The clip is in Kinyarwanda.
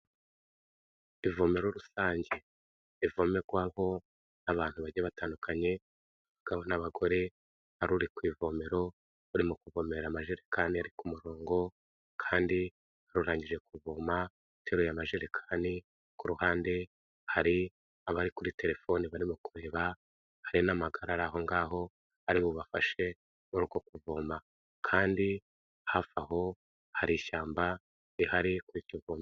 Ivomero rusange. Rivomerwaho n'abantu bagiye batandukanye, abagabo n'abagore, hari uri ku ivomero urimo kuvomera amajerekani ari ku murongo, kandi hari urangije kuvoma uteruye amajerekani, ku ruhande hari abari kuri telefoni barimo kureba, hari n'amagare ari aho ngaho ari bubafashe muri uko kuvoma. Kandi hafi aho hari ishyamba rihari kuri iryo vomo.